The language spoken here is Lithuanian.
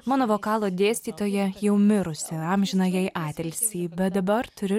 mano vokalo dėstytoja jau mirusi amžiną jai atilsį bet dabar turiu